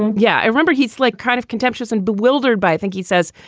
yeah, i remember he's like kind of contemptuous and bewildered by think. he says,